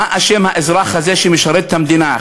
מה אשם האזרח הזה שמשרת את המדינה?